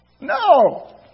No